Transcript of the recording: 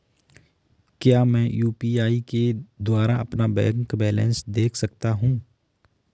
क्या मैं यू.पी.आई के द्वारा अपना बैंक बैलेंस देख सकता हूँ?